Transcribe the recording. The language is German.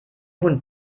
hund